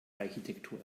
architektur